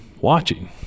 watching